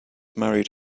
married